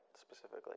specifically